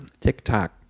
TikTok